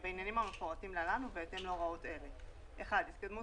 בעניינים המפורטים להלן ובהתאם להוראות אלה: (1)התקדמות